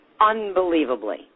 unbelievably